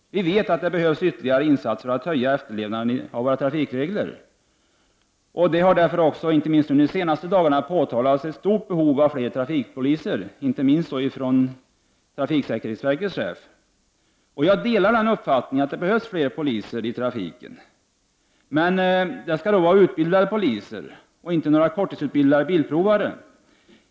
Vi vet att det behövs ytterligare insatser för att höja efterlevnaden av våra trafikregler. Det har därför, inte minst under de senaste dagarna, från trafiksäkerhetsverkets chef påtalats ett stort behov av fler trafikpoliser. Jag delar denna uppfattning att det behövs fler poliser i trafiken, men det skall då vara utbildade poliser och inte några korttidsutbildade bilprovare.